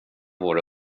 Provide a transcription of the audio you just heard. våra